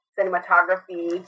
cinematography